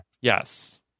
Yes